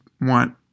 want